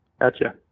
Gotcha